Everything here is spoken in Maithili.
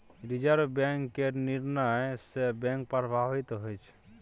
रिजर्व बैंक केर निर्णय सँ बैंक प्रभावित होइ छै